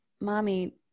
Mommy